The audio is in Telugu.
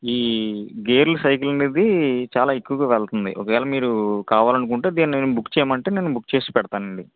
ఈ గేర్లు సైకిల్ అనేది చాలా ఎక్కువగా వెళ్తుంది ఒకవేళ మీరు కావాలనుకుంటే దీన్ని బుక్ చేయమంటే నేను బుక్ చేసి పెడతానండి